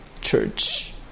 Church